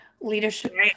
leadership